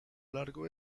largo